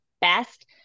best